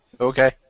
Okay